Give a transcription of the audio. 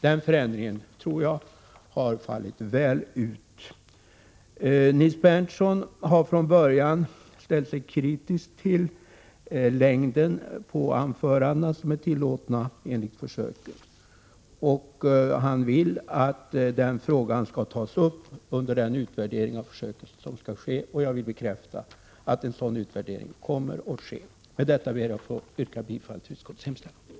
Jag tror att den förändringen har fallit väl ut. Nils Berndtson har från början ställt sig kritisk till den enligt försöket tillåtna längden på anförandena. Han vill att den frågan skall tas upp under den utvärdering av försöket som skall ske. Jag vill bekräfta att en sådan utvärdering kommer att ske. Med detta ber jag att få yrka bifall till utskottets hemställan.